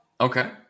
Okay